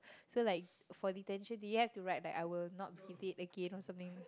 so like for detention do you have to write like I will not be late again or something